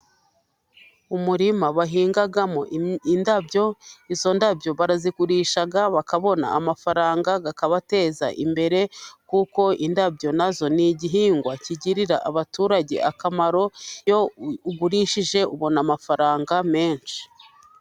Umurima bahingamo indabyo, izo ndabyo barazigurisha bakabona amafaranga akabateza imbere, kuko indabyo na zo ni igihingwa kigirira abaturage akamaro, iyo ugurishije ubona amafaranga menshi.